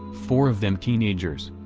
four of them teenagers.